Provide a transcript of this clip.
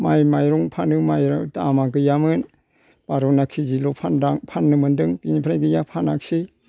माइ माइरं फानो माइ दामा गैयामोन बार' ना कि जि ल' फानदां फाननो मोनदों बेनिफ्राइ गैया फानाखिसै